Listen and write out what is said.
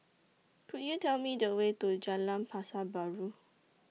Could YOU Tell Me The Way to Jalan Pasar Baru